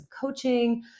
coaching